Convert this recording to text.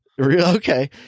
Okay